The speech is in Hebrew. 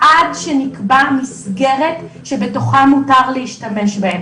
עד שנקבע מסגרת שבתוכה מותר להשתמש בהן.